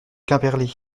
quimperlé